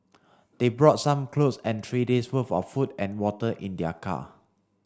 they brought some clothes and three days worth of food and water in their car